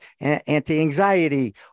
anti-anxiety